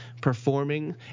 performing